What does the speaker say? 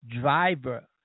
driver